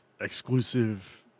exclusive